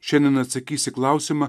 šiandien atsakys į klausimą